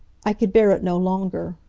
i could bear it no longer.